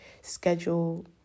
schedule